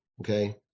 okay